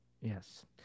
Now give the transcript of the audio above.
Yes